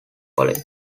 college